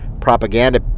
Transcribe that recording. propaganda